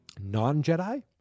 non-Jedi